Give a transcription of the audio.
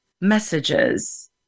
messages